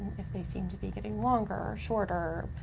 if they seem to be getting longer or shorter,